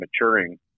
maturing –